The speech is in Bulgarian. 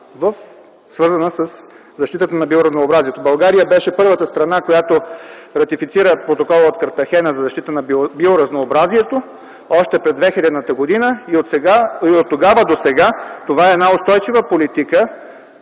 свързана със защитата на биоразнообразието. България беше първата страна, която ратифицира Протокола от Картахена за защита на биоразнообразието още през 2000-та година. Оттогава досега това е една устойчива политика